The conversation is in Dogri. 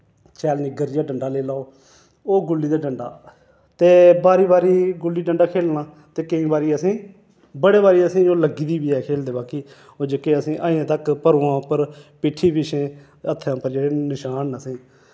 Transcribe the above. शैल निग्गर जेआ डंडा लेई लाओ ओह् गुल्ली ते डंडा ते बारी बारी गुल्ली डंडा खेलना ते केईं बारी असें बड़ी बारी असें ओह् लग्गी दी बी ऐ खेलदे बाकि ओह् जेह्के असें अजें तक भरवां उप्पर पिट्ठी पिछै हत्थै पर जेह्ड़े नशान न असें